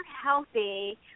healthy